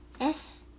Yes